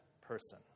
person